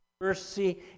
mercy